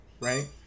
right